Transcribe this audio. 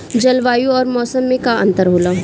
जलवायु और मौसम में का अंतर होला?